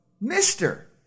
mister